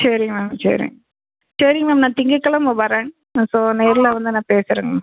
சரி மேம் சரி சரி மேம் நான் திங்கக்கிழம வரேன் நான் ஸோ நேரில் வந்து நான் பேசுறேங்க